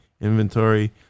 inventory